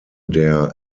der